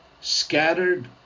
scattered